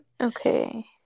okay